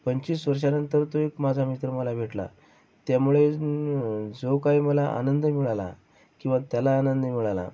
पंचवीस वर्षांनंतर तो एक माझा मित्र मला भेटला त्यामुळे जो काही मला आनंद मिळाला किंवा त्याला आनंद मिळाला